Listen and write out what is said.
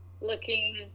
looking